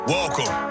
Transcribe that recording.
Welcome